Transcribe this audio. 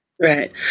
Right